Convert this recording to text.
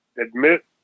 admit